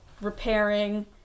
repairing